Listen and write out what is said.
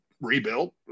rebuilt